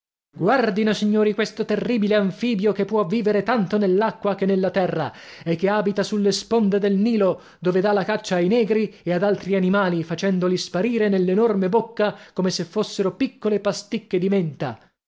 guardino signori questo terribile anfibio che può vivere tanto nell'acqua che nella terra e che abita sulle sponde del nilo dove dà la caccia ai negri e ad altri animali facendoli sparire nell'enorme bocca come se fossero piccole pasticche di menta